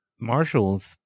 Marshall's